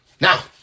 Now